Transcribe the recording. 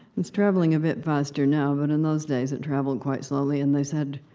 it's traveling a bit faster now, but in those days it traveled quite slowly. and they said,